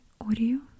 audio